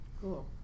cool